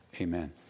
amen